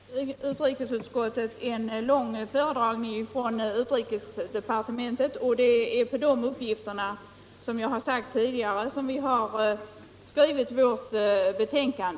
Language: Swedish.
Herr talman! Vi fick i utrikesutskottet en lång föredragning från utrikesdepartementet. Med ledning av de uppgifter som då lämnades har vi, som jag har nämnt tidigare, skrivit vårt betänkande.